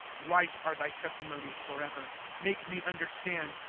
right are thy testimonies forever make me understand,